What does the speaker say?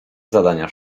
zadania